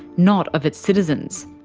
not of its citizens.